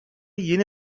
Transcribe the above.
yeni